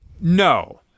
No